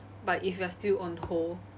but if you are still on hold